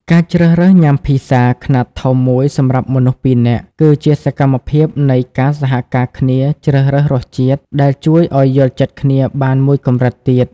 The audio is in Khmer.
ការជ្រើសរើសញ៉ាំ Pizza ខ្នាតធំមួយសម្រាប់មនុស្សពីរនាក់ គឺជាសកម្មភាពនៃការសហការគ្នាជ្រើសរើសរសជាតិ ដែលជួយឱ្យយល់ចិត្តគ្នាបានមួយកម្រិតទៀត។